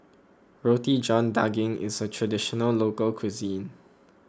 Roti John Daging is a Traditional Local Cuisine